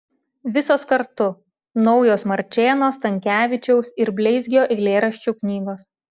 visos kartu naujos marčėno stankevičiaus ir bleizgio eilėraščių knygos